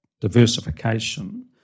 diversification